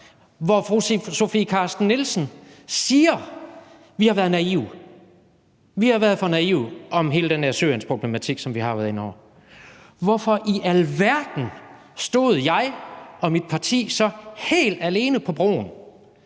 fru Sofie Carsten Nielsen sagde, at vi har været for naive om hele den her Syriensproblematik, som vi har været inde over, hvorfor i alverden stod jeg og mit parti så helt alene på broen,